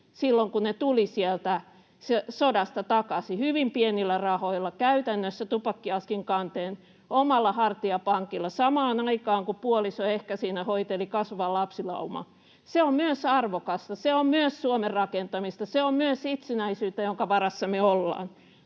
silloin, kun he tulivat sieltä sodasta takaisin. Hyvin pienillä rahoilla, käytännössä tupakkiaskin kanteen, omalla hartiapankilla, samaan aikaan, kun puoliso ehkä siinä hoiteli kasvavaa lapsilaumaa. Se on myös arvokasta. Se on myös Suomen rakentamista. Se on myös itsenäisyyttä, jonka varassa me ollaan.